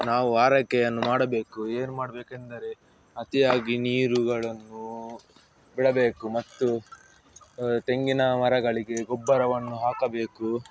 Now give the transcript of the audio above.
ನಾವು ಆರೈಕೆಯನ್ನು ಮಾಡಬೇಕು ಏನು ಮಾಡ್ಬೇಕೆಂದರೆ ಅತಿಯಾಗಿ ನೀರುಗಳನ್ನು ಬಿಡಬೇಕು ಮತ್ತು ತೆಂಗಿನ ಮರಗಳಿಗೆ ಗೊಬ್ಬರವನ್ನು ಹಾಕಬೇಕು